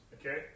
okay